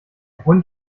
hund